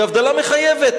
היא הבדלה מחייבת.